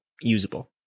usable